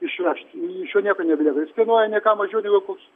išvežt iš jo nieko nebelieka jis kainuoja ne ką mažiau negu koks